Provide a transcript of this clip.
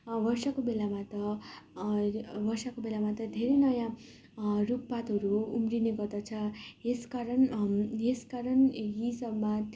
वर्षाको बेलामा त वर्षाको बेलामा त धेरै नयाँ रुखपातहरू उम्रिने गर्दछ यस कारण यस कारण यी सबमा त